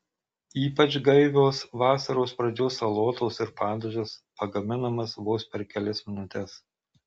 ypač gaivios vasaros pradžios salotos ir padažas pagaminamas vos per kelias minutes